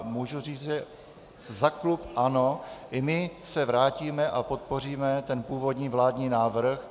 Můžu říct, že za klub ANO i my se vrátíme a podpoříme ten původní vládní návrh.